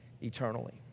eternally